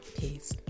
peace